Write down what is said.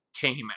came